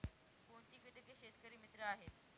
कोणती किटके शेतकरी मित्र आहेत?